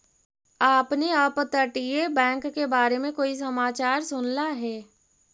आपने अपतटीय बैंक के बारे में कोई समाचार सुनला हे